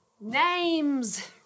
Name's